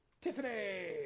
Tiffany